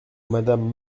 madame